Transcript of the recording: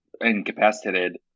incapacitated